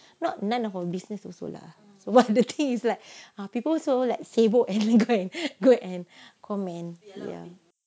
not none of our business also lah but the thing is like people also like sibuk and go and go and comment ya